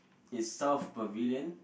is South Pavilion